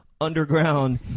underground